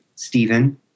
Stephen